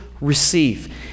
receive